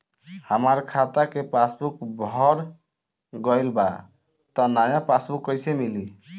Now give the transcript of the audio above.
हमार खाता के पासबूक भर गएल बा त नया पासबूक कइसे मिली?